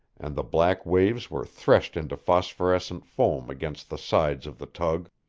and the black waves were threshed into phosphorescent foam against the sides of the tug,